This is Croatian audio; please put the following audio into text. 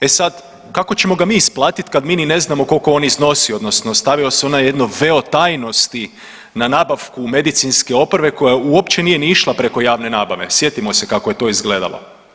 E sad, kako ćemo ga mi isplatiti kad mi ni ne znamo koliko on iznosi, odnosno stavio se ono jedan veo tajnosti na nabavku medicinske opreme koja uopće nije ni išla preko javne nabave, sjetimo se kako je to izgledalo.